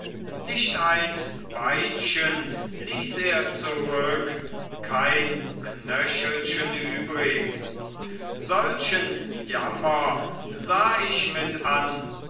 nicht ein beinchen ließ er zurück kein knöchelchen übrig solchen jammer sah ich mit an